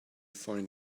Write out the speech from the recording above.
find